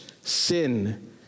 sin